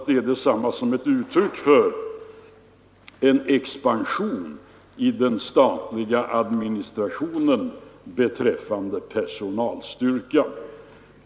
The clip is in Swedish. Det är väl om något uttryck för en expansion i den statliga administrationen beträffande personalstyrkan.